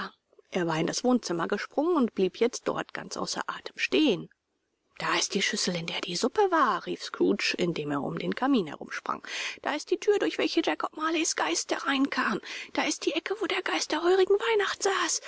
er war in das wohnzimmer gesprungen und blieb jetzt dort ganz außer atem stehen da ist die schüssel in der die suppe war rief scrooge indem er um den kamin herumsprang da ist die thür durch welche jakob marleys geist hereinkam da ist die ecke wo der geist der heurigen weihnachten saß